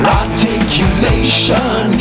articulation